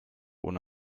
ohne